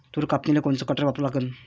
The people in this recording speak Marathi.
तूर कापनीले कोनचं कटर वापरा लागन?